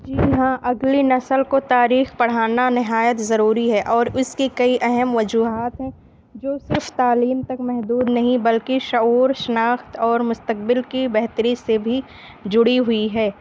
جی ہاں اگلی نسل کو تاریخ پڑھانا نہایت ضروری ہے اور اس کی کئی اہم وجوہات ہیں جو صرف تعلیم تک محدود نہیں بلکہ شعور شناخت اور مستقبل کی بہتری سے بھی جڑی ہوئی ہے